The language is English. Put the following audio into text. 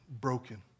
broken